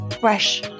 fresh